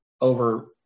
over